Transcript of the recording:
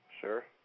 Sure